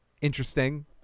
interesting